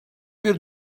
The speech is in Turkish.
bir